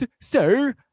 Sir